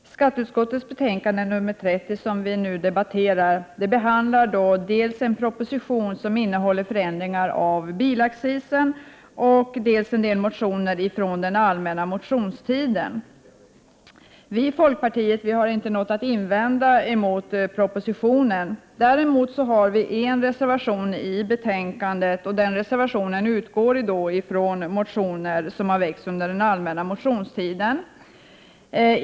Herr talman! Skatteutskottets betänkande nr 30 som vi nu debatterar behandlar dels en proposition som innehåller förslag till förändringar av bilaccisen, dels några motioner från den allmänna motionstiden. Vi i folkpartiet har inte något att invända mot propositionen. Däremot har vi en reservation till betänkandet. Reservationen utgår från motioner som har väckts under den allmänna motionstiden.